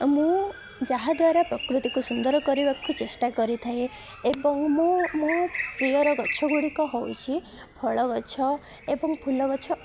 ମୁଁ ଯାହାଦ୍ୱାରା ପ୍ରକୃତିକୁ ସୁନ୍ଦର କରିବାକୁ ଚେଷ୍ଟା କରିଥାଏ ଏବଂ ମୁଁ ମୋ ପ୍ରିୟର ଗଛଗୁଡ଼ିକ ହେଉଛି ଫଳ ଗଛ ଏବଂ ଫୁଲ ଗଛ